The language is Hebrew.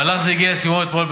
מהלך זה הגיע לסיומו אתמול,